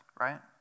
right